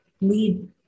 lead